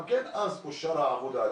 גם כן אז אושרה העבודה.